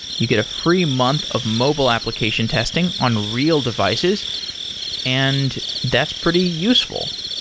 you get a free month of mobile application testing on real devices and that's pretty useful.